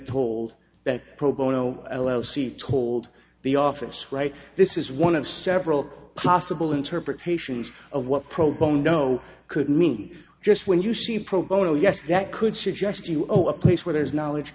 told that pro going oh she told the office right this is one of several possible interpretations of what pro bono could mean just when you see pro bono yes that could suggest you owe a place where there is knowledge